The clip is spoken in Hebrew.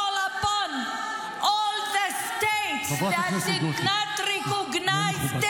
upon all the states that did not recognize,